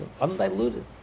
undiluted